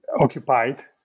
occupied